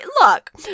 look